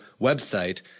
website